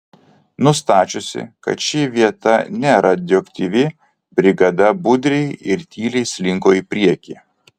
nustačiusi kad ši vieta neradioaktyvi brigada budriai ir tyliai slinko į priekį